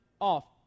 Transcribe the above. off